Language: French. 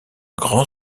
grand